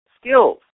skills